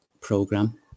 program